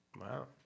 Wow